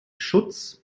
schutz